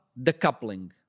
decoupling